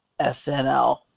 SNL